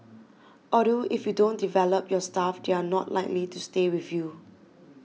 although if you don't develop your staff they are not likely to stay with you